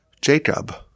Jacob